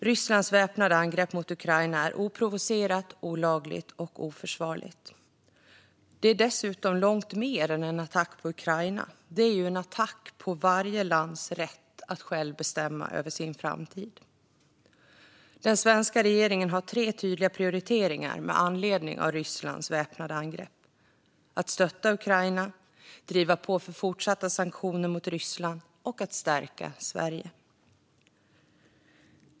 Rysslands väpnade angrepp mot Ukraina är oprovocerat, olagligt och oförsvarligt. Det är dessutom långt mer än en attack på Ukraina; det är en attack mot varje lands rätt att själv bestämma över sin framtid. Den svenska regeringen har tre tydliga prioriteringar med anledning av Rysslands väpnade angrepp: att stötta Ukraina, att driva på för fortsatta sanktioner mot Ryssland och att stärka Sverige.